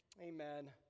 Amen